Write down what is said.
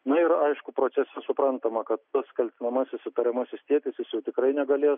na ir aišku procese suprantama kad tas kaltinamasis įtariamasis tėtis jis jau tikrai negalės